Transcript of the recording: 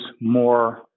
more